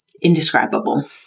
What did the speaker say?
indescribable